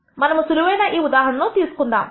మనము సులువైన ఈ ఉదాహరణ అను తీసుకుందాము